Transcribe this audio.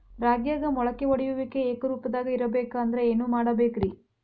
ರಾಗ್ಯಾಗ ಮೊಳಕೆ ಒಡೆಯುವಿಕೆ ಏಕರೂಪದಾಗ ಇರಬೇಕ ಅಂದ್ರ ಏನು ಮಾಡಬೇಕ್ರಿ?